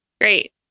Great